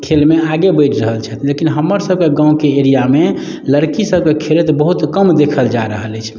खेलमे आगे बढ़ि रहल छथि लेकिन हमरसभके गाँवके एरियामे लड़कीसभके खेलाइत बहुत कम देखल जा रहल अछि